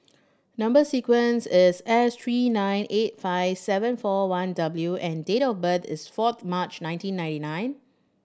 number sequence is S three nine eight five seven four one W and date of birth is four March nineteen ninety nine